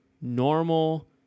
normal